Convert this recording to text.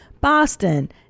boston